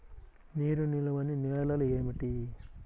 నీరు నిలువని నేలలు ఏమిటి?